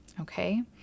okay